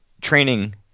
training